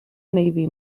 navy